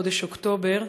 חודש אוקטובר.